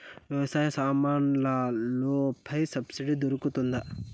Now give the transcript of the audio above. వ్యవసాయ సామాన్లలో పై సబ్సిడి దొరుకుతుందా?